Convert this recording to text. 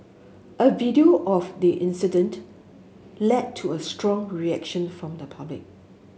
a video of the incident led to a strong reaction from the public